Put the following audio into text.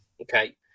okay